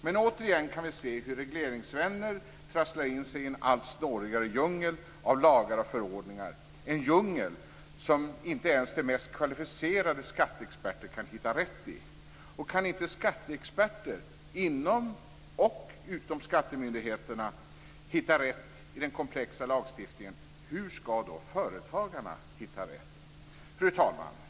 Men återigen kan vi se hur regleringsvänner trasslar in sig i en allt snårigare djungel av lagar och förordningar - en djungel som inte ens de mest kvalificerade skatteexperter kan hitta rätta i. Kan inte skatteexperter inom och utom skattemyndigheterna hitta rätt i den komplexa lagstiftningen, hur skall då företagarna hitta rätt? Fru talman!